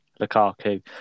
Lukaku